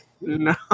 No